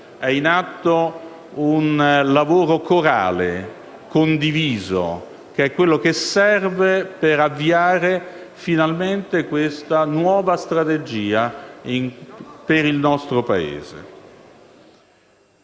È in atto un lavoro corale, condiviso, che è quello che serve per avviare finalmente la nuova strategia per il nostro Paese.